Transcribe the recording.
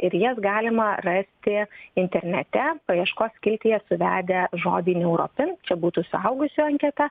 ir jas galima rasti internete paieškos skiltyje suvedę žodį neuropin čia būtų suaugusio anketa